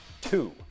two